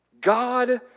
God